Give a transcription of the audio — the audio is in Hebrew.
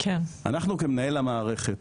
אנחנו כמנהל המערכת